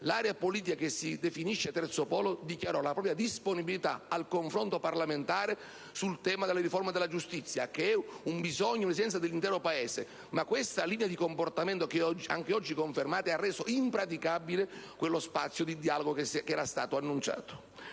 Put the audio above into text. l'area politica che si definisce Terzo Polo dichiarò la propria disponibilità al confronto parlamentare sul tema della riforma della giustizia, che è un'esigenza dell'intero Paese. Ma la linea di comportamento che anche oggi confermate ha reso impraticabile quello spazio di dialogo che era stato annunciato.